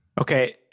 Okay